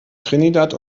trinidad